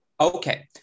Okay